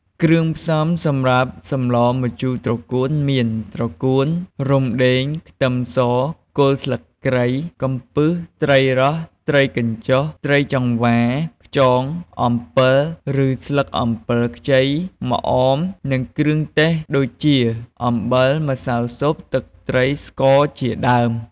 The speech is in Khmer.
គ្រឿងផ្សំំសម្រាប់សម្លម្ជូរត្រកួនមាន ត្រកួន រំដេង ខ្ទឹមស គល់ស្លឹកគ្រៃ កំពឹស ត្រីរ៉ស់ ត្រីកញ្ចុះ ត្រីចង្វា ខ្យង អំពិលឬស្លឹកអំពិលខ្ចី ម្អម និងគ្រឿងទេសដូចជា អំបិល ម្សៅស៊ុប ទឹកត្រី ស្ករជាដើម។